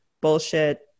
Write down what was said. bullshit